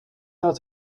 out